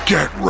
Get